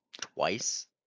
twice